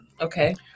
okay